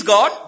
God